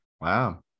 Wow